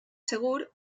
segur